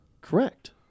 Correct